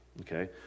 Okay